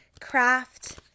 craft